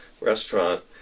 restaurant